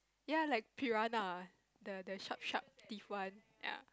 ya like piranha the the sharp sharp teeth one